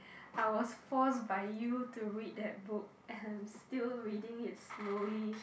I was forced by you to read that book and still reading it slowly